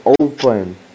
open